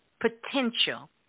potential